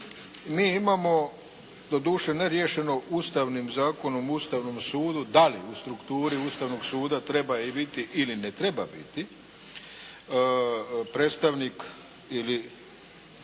mi imamo doduše ne riješeno Ustavnim zakonom o Ustavnom sudu da li u strukturi Ustavnog suda treba je biti ili ne treba biti predstavnik ili